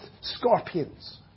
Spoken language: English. scorpions